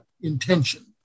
intention